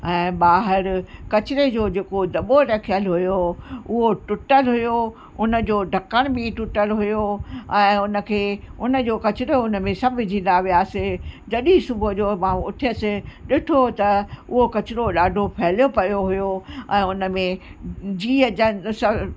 ऐं ॿाहिरि किचरे जो जेको दॿो रखियल हुओ उहो टुट्टल हुओ हुनजो ढकण बि टुट्टल हुओ ऐं हुनखे हुनजो किचरो हुन में सभु विझंदा वियासीं जॾहिं सुबुह जो मां उथियसि ॾिठो त उहो किचरो ॾाढो फ़हिलियल पियो हुओ ऐं हुन में जीअ जंत सभु